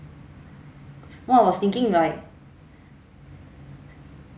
what I was thinking like